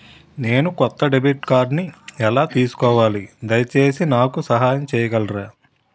నేను కొత్త డెబిట్ కార్డ్ని ఎలా తీసుకోవాలి, దయచేసి నాకు సహాయం చేయగలరా?